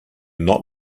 not